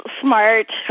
smart